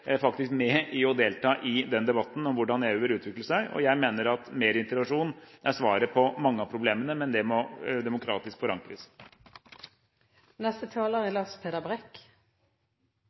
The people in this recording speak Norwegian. faktisk jeg i den debatten om hvordan EU bør utvikle seg, og jeg mener at mer integrasjon er svaret på mange av problemene, men det må forankres demokratisk.